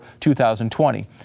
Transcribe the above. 2020